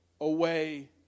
away